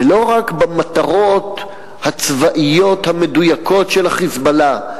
ולא רק במטרות הצבאיות המדויקות של ה"חיזבאללה",